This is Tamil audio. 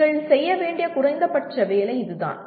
நீங்கள் செய்ய வேண்டிய குறைந்தபட்ச வேலை இது தான்